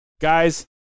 guys